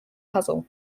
puzzle